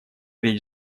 речь